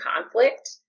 conflict